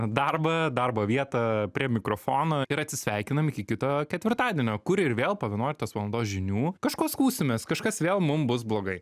darbą darbo vietą prie mikrofono ir atsisveikinam iki kito ketvirtadienio kur ir vėl po vienuoliktos valandos žinių kažkuo skųsimės kažkas vėl mum bus blogai